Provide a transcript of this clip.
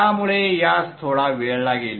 त्यामुळे यास थोडा वेळ लागेल